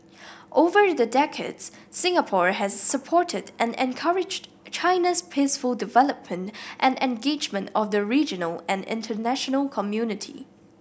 over the decades Singapore has supported and encouraged China's peaceful development and engagement of the regional and international community